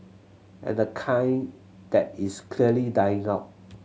and the kind that is clearly dying out